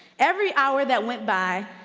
every hour that went by,